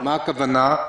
מה הכוונה?